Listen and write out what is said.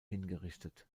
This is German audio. hingerichtet